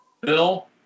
Bill